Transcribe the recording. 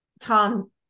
tom